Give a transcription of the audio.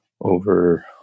over